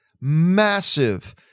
massive